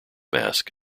mask